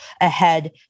ahead